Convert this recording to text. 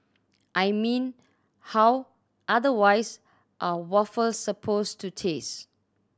I mean how otherwise are waffles supposed to taste